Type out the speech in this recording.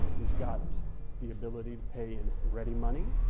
you've got the ability to pay in ready money,